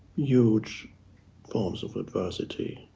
huge forms of adversity,